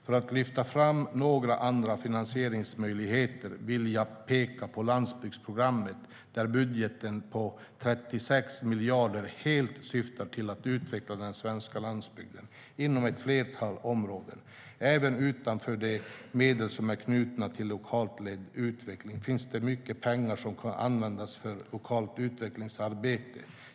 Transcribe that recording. För att lyfta fram några andra finansieringsmöjligheter vill jag peka på landsbygdsprogrammet, där budgeten på 36 miljarder helt syftar till att utveckla den svenska landsbygden inom ett flertal områden. Även utanför de medel som är knutna till lokalt ledd utveckling finns det mycket pengar som kan användas för lokalt utvecklingsarbete.